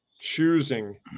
choosing